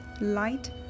Light